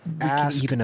ask